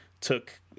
took